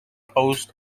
post